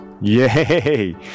Yay